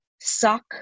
suck